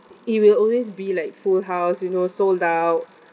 it will always be like full house you know sold out